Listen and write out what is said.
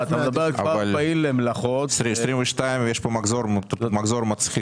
יש פה מחזור מצחיק.